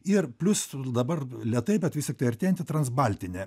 ir plius dabar lėtai bet vis tiktai artėjanti transbaltine